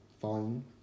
fine